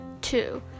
Two